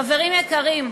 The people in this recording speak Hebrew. חברים יקרים,